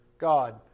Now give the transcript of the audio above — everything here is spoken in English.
God